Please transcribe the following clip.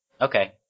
Okay